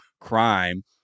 crime